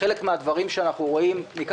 חלק מן הדברים שאנחנו רואים,